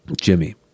Jimmy